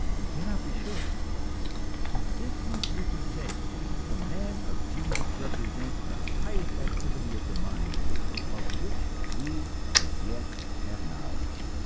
we cannot be sure but this much we can say the man of genius represents the highest activity of the mind of which we as yet have knowledge.